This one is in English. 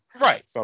Right